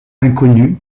inconnues